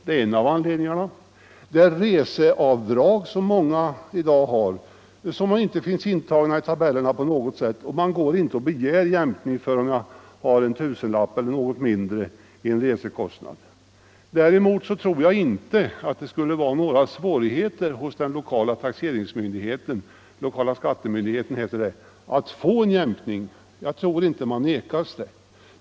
En annan anledning är det reseavdrag som många i dag har rätt att göra men som inte finns intaget i tabellerna — man begär inte jämkning förrän man har en tusenlapp eller något mindre i resekostnader. Det skulle säkert inte vara några svårigheter att hos den lokala skattemyndigheten få en jämkning; jag tror inte man skulle nekas det.